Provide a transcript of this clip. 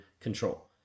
control